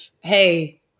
hey